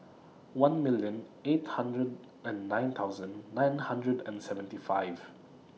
one million eight hundred and nine thousand nine hundred and seventy five